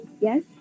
yes